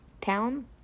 town